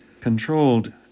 controlled